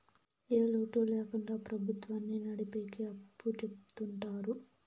ఏ లోటు ల్యాకుండా ప్రభుత్వాన్ని నడిపెకి అప్పు చెత్తుంటారు